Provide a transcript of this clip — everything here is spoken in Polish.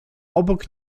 obok